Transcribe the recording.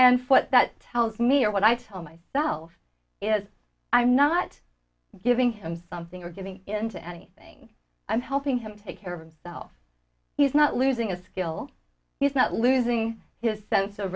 what that tells me or what i tell myself is i'm not giving him something or giving in to anything i'm helping him take care of himself he's not losing a skill he's not losing his sense of